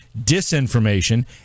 disinformation